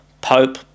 Pope